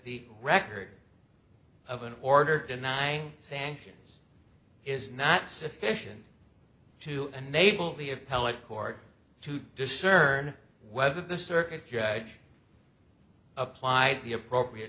the record of an order denying sanctions is not sufficient to enable the appellate court to discern whether the circuit judge applied the appropriate